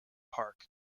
park